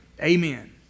Amen